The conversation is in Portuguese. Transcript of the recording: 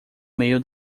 meio